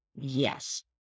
Yes